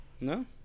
No